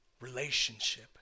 relationship